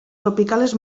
tropicales